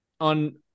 on